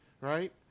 right